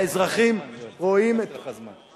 האזרחים רואים את, נגמר לך הזמן,